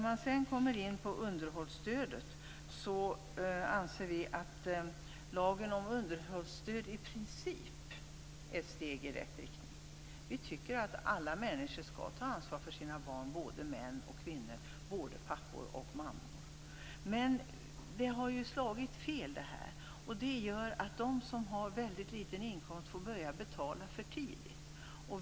Vi i Miljöpartiet anser att lagen om underhållsstödet i princip är ett steg i rätt riktning. Vi tycker att alla människor skall ta ansvar för sina barn - både män och kvinnor, både pappor och mammor. Men detta har slagit fel, vilket har gjort att de som har väldigt liten inkomst får börja betala för tidigt.